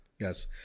Yes